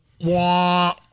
wah